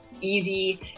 easy